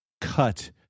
cut